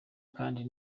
kwandika